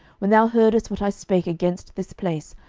when thou heardest what i spake against this place,